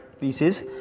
pieces